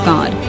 God